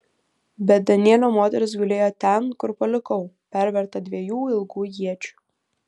bet danielio moteris gulėjo ten kur palikau perverta dviejų ilgų iečių